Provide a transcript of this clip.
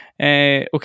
Okay